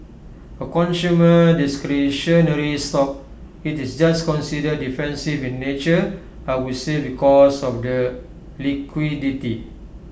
A consumer discretionary stock IT is just considered defensive in nature I would say because of the liquidity